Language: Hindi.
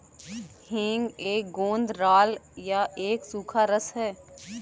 हींग एक गोंद राल या एक सूखा रस है